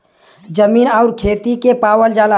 जमीन आउर खेती के पावल जाला